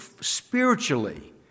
spiritually